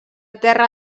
terra